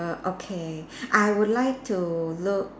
okay I would like to look